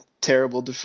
terrible